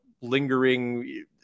lingering